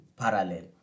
parallel